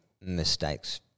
mistakes